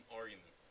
argument